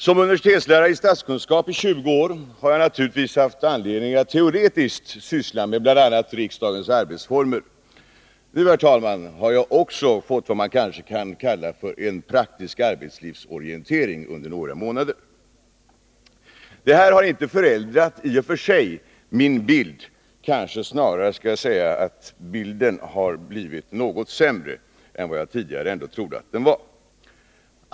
Som universitetslärare i statskunskap har jag i 20 år naturligtvis haft anledning att teoretiskt syssla med riksdagens arbetsformer. Nu, herr talman, har jag under några månader också fått vad man kanske kan kalla för en praktisk arbetslivsorientering. Det har i och för sig inte förändrat min bild, möjligen har bilden blivit något dystrare än jag tidigare tyckte att den var.